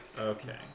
Okay